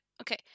okay